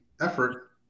effort